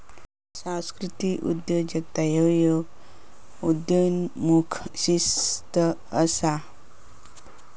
सांस्कृतिक उद्योजकता ह्य एक उदयोन्मुख शिस्त असा